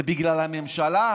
זה בגלל הממשלה.